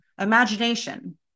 imagination